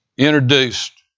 Introduced